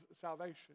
salvation